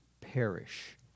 perish